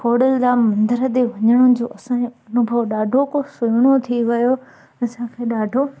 खोडलधाम मंदर ते वञण जो असांजो अनुभव ॾाढो कुझु सुहिणो थी वियो असांखे ॾाढो